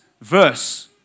verse